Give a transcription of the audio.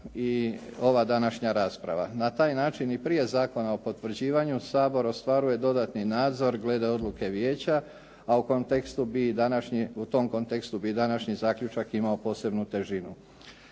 i ova današnja rasprava. Na taj način i prije Zakona o potvrđivanju Sabor ostvaruje dodatni nadzor glede odluke vijeća, a u tom kontekstu bi i današnji zaključak imao posebnu težinu.